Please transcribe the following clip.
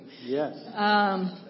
Yes